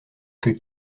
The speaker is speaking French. que